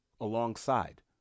alongside